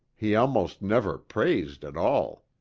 he almost never praised at all.